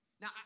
Now